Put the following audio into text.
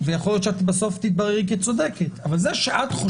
ויכול להיות שיתברר בסוף שאת צודקת שאין